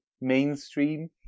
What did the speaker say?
mainstream